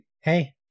hey